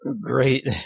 great